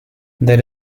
there